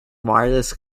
wireless